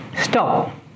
stop